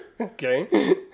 Okay